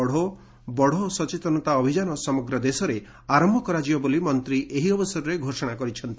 ପଢୋ ବଢୋ' ସଚେତନତା ଅଭିଯାନ ସମଗ୍ରଦେଶରେ ଆରମ୍ଭ କରାଯିବ ବୋଲି ମନ୍ତ୍ରୀ ଏହି ଅବସରରେ ଘୋଷଣା କରିଛନ୍ତି